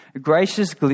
Gracious